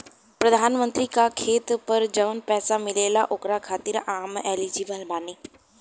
प्रधानमंत्री का खेत पर जवन पैसा मिलेगा ओकरा खातिन आम एलिजिबल बानी?